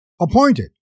appointed